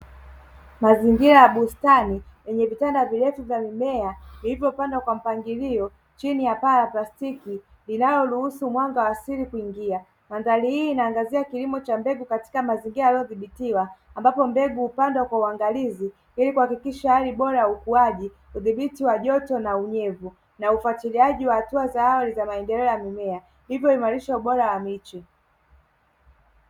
Mazingira ya bustani yenye vitanda virefu vya mimea vilivyopandwa kwa mpangilio chini ya paa la plastiki linaloruhusu mwanga wa asili kuingia. Mandhari hii inaangazia kilimo cha mbegu katika mazingira yaliyodhibitiwa ambapo mbegu hupandwa kwa uangalizi ili kuhakikisha hali bora ya ukuaji, udhibiti wa joto na unyevu na ufatiliaji wa hatua za awali za maendeleo ya mimea hivyo huimarisha ubora wa miche.